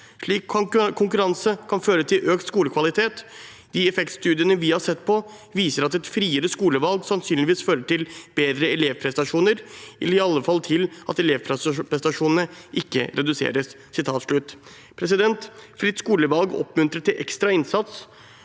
Slik konkurranse kan føre til økt skolekvalitet. De effektstudiene vi har sett på, viser at et friere skolevalg sannsynligvis fører til bedre elevprestasjoner, eller i alle fall til at elevprestasjonene ikke reduseres.» Fritt skolevalg oppmuntrer til ekstra innsats,